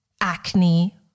acne